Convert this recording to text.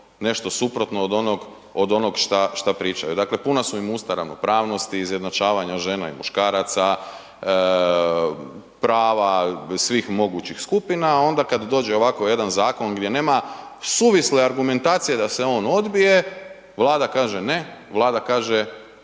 nešto suprotno od onog što pričaju. Dakle, puna su im usta ravnopravnosti, izjednačavanja žena i muškaraca, prava, svih mogućih skupina i onda kad dođe ovako jedan zakon gdje nema suvisle argumentacije da se on odbije, Vlada kaže ne, Vlada kaže ne